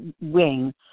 Wing